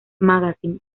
magazine